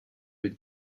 with